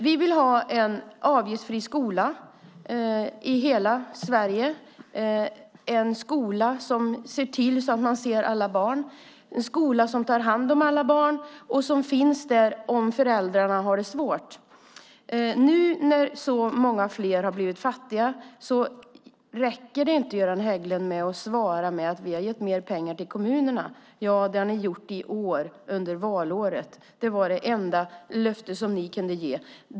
Vi vill ha en avgiftsfri skola i hela Sverige, en skola som ser alla barn, en skola som tar hand om alla barn och som finns där om föräldrarna har det svårt. Nu när så många fler har blivit fattiga räcker det inte, Göran Hägglund, med att svara: Vi har gett mer pengar till kommunerna. Ja, det har ni gjort i år, under valåret. Det var det enda löfte som ni kunde ge.